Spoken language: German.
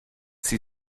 sie